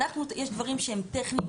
יש דברים שהם טכניים,